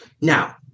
Now